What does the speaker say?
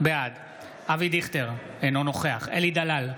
בעד אבי דיכטר, אינו נוכח אלי דלל,